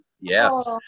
yes